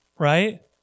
Right